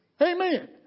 Amen